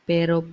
Pero